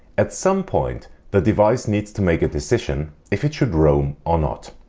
at some point the device needs to make a decision if it should roam or not.